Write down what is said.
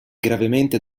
gravemente